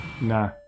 Nah